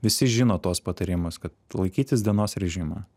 visi žino tuos patarimus kad laikytis dienos režimo